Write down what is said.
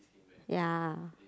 ya